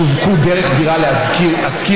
שיווק דרך "דירה להשכיר",